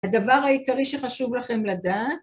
הדבר העיקרי שחשוב לכם לדעת